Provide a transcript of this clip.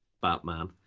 Batman